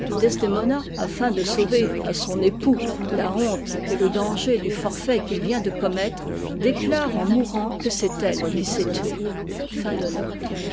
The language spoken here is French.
afin de sauver à son époux la honte et edanger du forfait qu'il vient de commettre déclare en mourant que c'est elle qui s'est tuée